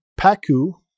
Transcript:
PAKU